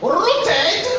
rooted